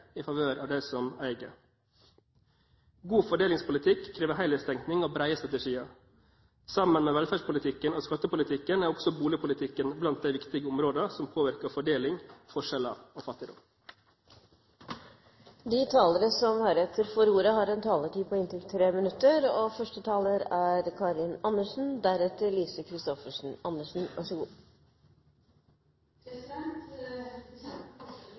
i favør av dem som eier. God fordelingspolitikk krever helhetstenkning og brede strategier. Sammen med velferdspolitikken og skattepolitikken er også boligpolitikken blant de viktige områdene som påvirker fordeling, forskjeller og fattigdom. De talere som heretter får ordet, har en taletid på inntil 3 minutter. Å bekjempe forskjeller er viktig når det gjelder både penger og makt, fordi vi skaper mer når det er